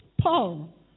Paul